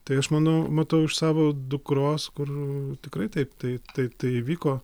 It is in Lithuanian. tai aš manau matau iš savo dukros kur tikrai taip tai tai tai įvyko